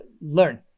learn